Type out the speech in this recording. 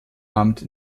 amt